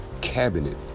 cabinet